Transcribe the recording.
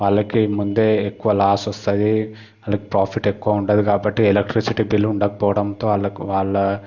వాళ్లకి ముందే ఎక్కువ లాస్ వస్తుంది అంటే ప్రాఫిట్ ఎక్కువ ఉండదు కాబట్టి ఎలక్ట్రిసిటీ బిల్ ఉండకపోవడంతో వాళ్లకు వాళ్ల